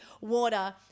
water